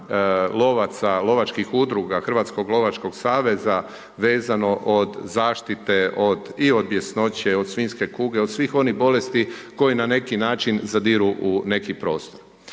lovaca, lovačkih udruga Hrvatskog lovačkog saveza vezano od zaštite i od bjesnoće, od svinjske kuge, od svih onih bolesti koje na neki način zadiru u neki prostor.